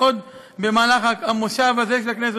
שעוד במושב הזה של הכנסת,